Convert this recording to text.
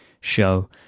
show